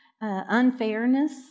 unfairness